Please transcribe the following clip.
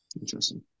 interesting